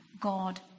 God